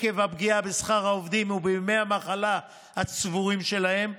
עקב הפגיעה בשכר העובדים ובימי המחלה הצבורים שלהם,